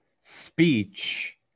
speech